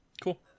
Cool